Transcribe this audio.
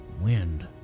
wind